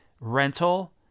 rental